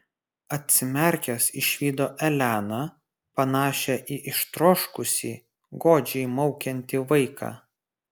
atsimerkęs išvydo eleną panašią į ištroškusį godžiai maukiantį vaiką